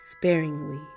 sparingly